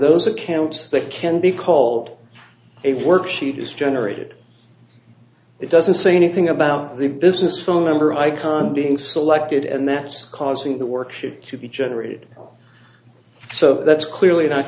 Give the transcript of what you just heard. those accounts that can be called a worksheet is generated it doesn't say anything about the business phone number icon being selected and that's causing the worksheet to be generated so that's clearly not